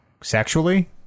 sexually